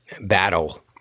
battle